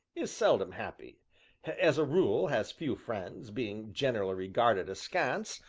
is seldom happy as a rule has few friends, being generally regarded askance,